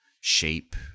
shape